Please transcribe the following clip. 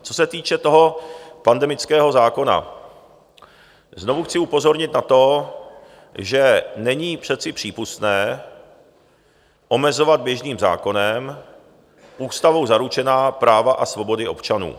Co se týče toho pandemického zákona, znovu chci upozornit na to, že není přece přípustné omezovat běžným zákonem ústavou zaručená práva a svobody občanů.